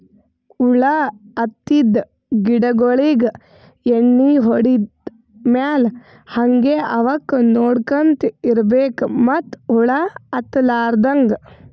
ಹುಳ ಹತ್ತಿದ್ ಗಿಡಗೋಳಿಗ್ ಎಣ್ಣಿ ಹೊಡದ್ ಮ್ಯಾಲ್ ಹಂಗೆ ಅವಕ್ಕ್ ನೋಡ್ಕೊಂತ್ ಇರ್ಬೆಕ್ ಮತ್ತ್ ಹುಳ ಹತ್ತಲಾರದಂಗ್